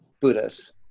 Buddhas